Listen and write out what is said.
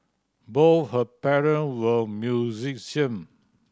both her parent were musician